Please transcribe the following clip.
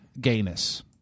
gayness